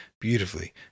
beautifully